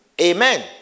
Amen